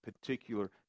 particular